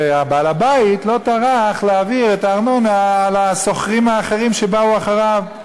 ובעל-הבית לא טרח להעביר את הארנונה על שם השוכרים האחרים שבאו אחריו.